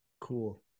Cool